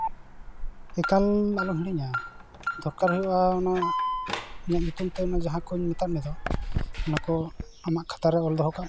ᱮᱠᱟᱞ ᱟᱞᱚᱢ ᱦᱤᱲᱤᱧᱟ ᱫᱚᱨᱠᱟᱨ ᱦᱩᱭᱩᱜᱼᱟ ᱟᱢᱟᱜ ᱤᱧᱟᱹᱜ ᱧᱩᱛᱩᱢ ᱛᱮ ᱡᱟᱦᱟᱸ ᱠᱚᱧ ᱢᱮᱛᱟᱜ ᱢᱮ ᱫᱚ ᱚᱱᱟᱠᱚ ᱟᱢᱟᱜ ᱠᱷᱟᱛᱟᱨᱮ ᱚᱞ ᱫᱚᱦᱚ ᱠᱟᱜ ᱢᱮ